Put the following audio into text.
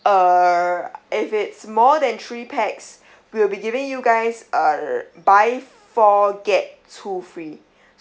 err if it's more than three pax we'll be giving you guys err buy four get two free